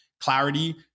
Clarity